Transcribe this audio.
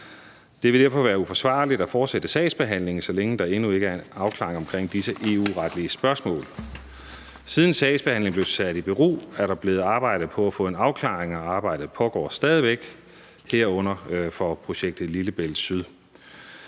Det vil derfor være uforsvarligt at fortsætte sagsbehandlingen, så længe der endnu ikke er en afklaring omkring disse EU-retlige spørgsmål. Siden sagsbehandlingen blev sat i bero, er der blevet arbejdet på at få en afklaring, og arbejdet pågår stadig væk, herunder for projektet Lillebælt Syd.